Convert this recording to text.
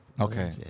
Okay